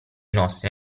nostri